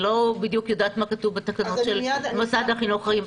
אבל אני לא בדיוק יודעת מה כתוב בתקנות של מוסד החינוכי.